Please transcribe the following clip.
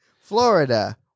Florida